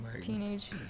teenage